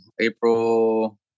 April